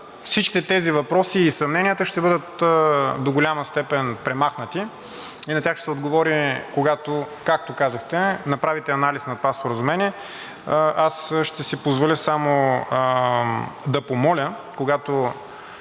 всички тези въпроси и съмненията ще бъдат в голяма степен премахнати и на тях ще се отговори, когато, както казахте, направите анализ на това споразумение. Аз ще си позволя само да помоля, когато